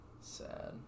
Sad